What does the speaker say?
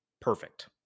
Perfect